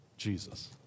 Jesus